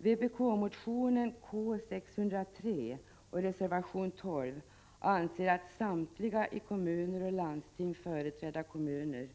I vpk-motionen K603 och reservation 12 föreslås att ”samtliga i kommuner och landstingskommuner företrädda partier